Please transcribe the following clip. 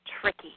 Tricky